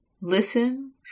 listen